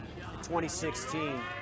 2016